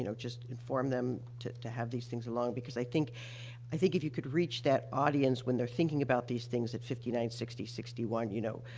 you know just inform them to to have these things along, because i think i think if you could reach that audience, when they're thinking about these things at fifty nine, sixty, sixty one, you know,